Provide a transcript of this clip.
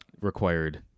required